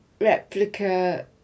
replica